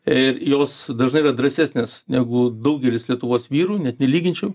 ir jos dažnai yra drąsesnės negu daugelis lietuvos vyrų net nelyginčiau